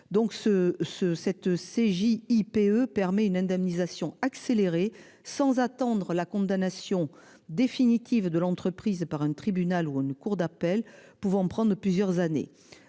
ce ce cette CJ IPE permet une indemnisation accéléré sans attendre la condamnation définitive de l'entreprise par un tribunal ou une cour d'appel pouvant prendre plusieurs années.